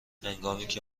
هنگامیکه